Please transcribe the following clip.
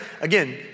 again